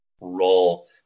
role